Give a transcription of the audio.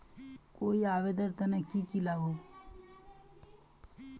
कोई आवेदन नेर तने की लागोहो?